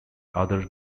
other